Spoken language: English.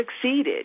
succeeded